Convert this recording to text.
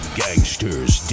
gangsters